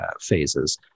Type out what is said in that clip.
phases